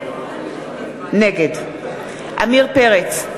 נגד עמיר פרץ,